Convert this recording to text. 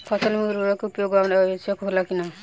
फसल में उर्वरक के उपयोग आवश्यक होला कि न?